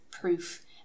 proof